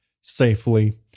safely